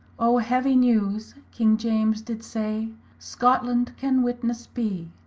o heavy newes, king james did say scottland can witnesse bee,